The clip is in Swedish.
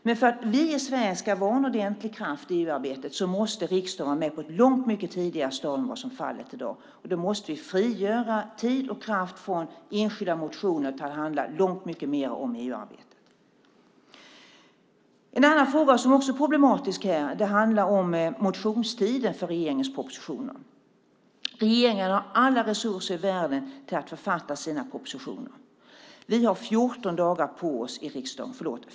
Men för att vi i Sverige ska vara en ordentlig kraft i EU-arbetet måste riksdagen vara med på ett mycket tidigare stadium än vad som är fallet i dag, och vi måste frigöra tid och kraft från enskilda motioner till att det handlar mycket mer om EU-arbetet. En annan fråga som är problematisk handlar om motionstiden för regeringens propositioner. Regeringen har alla resurser i världen för att ta fram sina propositioner. Vi har 15 dagar på oss i riksdagen.